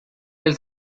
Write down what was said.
del